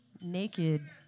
naked